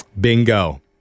Bingo